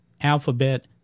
alphabet